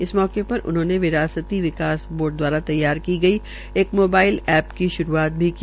इस मौके सर उन्होंने विरासती विकास बोर्ड दवारा तैयार की गई एक मोबाइल ए की शुरूआत भी की